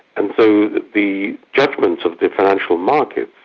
and so the judgment of the financial markets,